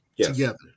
together